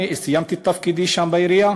שסיימתי את תפקידי שם, בעירייה,